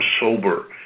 sober